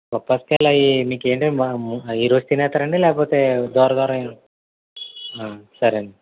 బొప్పాసి కాయలవి మీకు ఏంటి ఈరోజు తినేస్తారండి లేకపోతే దోర దోర వేయనా సరే అండి